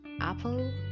Apple